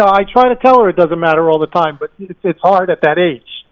i try to tell her it doesn't matter all the time but it's hard at that age.